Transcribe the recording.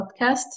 podcast